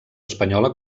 espanyola